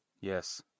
Yes